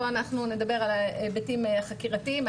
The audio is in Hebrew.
בואו נדבר על ההיבטים החקירתיים.